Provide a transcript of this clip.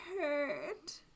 hurt